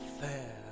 fair